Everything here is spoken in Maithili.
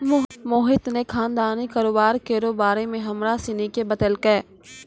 मोहित ने खानदानी कारोबार केरो बारे मे हमरा सनी के बतैलकै